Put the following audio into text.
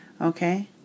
okay